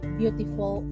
beautiful